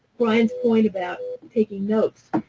bryan's point about taking notes,